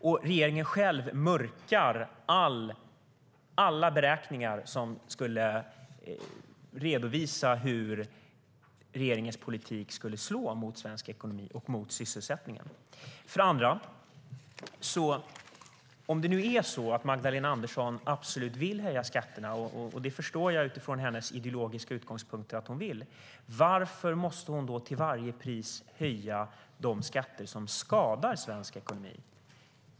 Och regeringen själv mörkar alla beräkningar som redovisar hur regeringens politik skulle slå mot svensk ekonomi och mot sysselsättningen. Om Magdalena Andersson absolut vill höja skatterna - det förstår jag att hon vill utifrån hennes ideologiska utgångspunkter - undrar jag: Varför måste hon till varje pris höja de skatter som skadar svensk ekonomi?